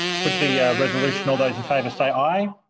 put the resolution. all those in favour say aye.